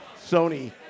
Sony